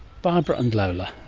barbara and lola.